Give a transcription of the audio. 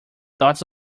dots